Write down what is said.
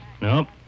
Nope